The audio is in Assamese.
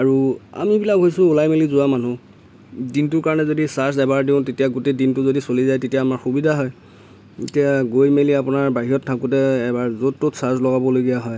আৰু আমিবিলাক হৈছো ওলাই মেলি যোৱা মানুহ দিনটোৰ কাৰণে দিনটোৰ কাৰণে যদি ছাৰ্জ এবাৰ দিওঁ গোটেই দিনটো যদি চলি যায় তেতিয়া আমাৰ সুবিধা হয় এতিয়া গৈ মেলি আপোনাৰ বাহিৰত থাকোঁতে এবাৰ য'ত ত'ত ছাৰ্জ লগাবলগীয়া হয়